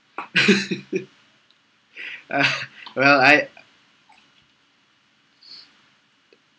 well I